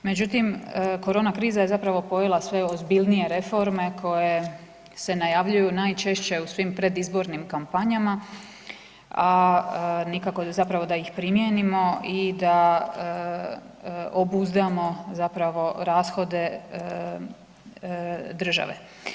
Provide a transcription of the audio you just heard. Međutim, korona kriza je zapravo pojela sve ozbiljnije reforme koje se najavljuju najčešće u svim predizbornim kampanjama, a nikako zapravo da ih primijenimo i da obuzdamo zapravo rashode države.